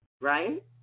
right